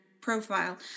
profile